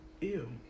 Ew